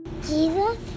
Jesus